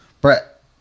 Brett